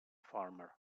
farmer